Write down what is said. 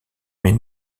mais